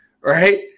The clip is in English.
right